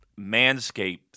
Manscaped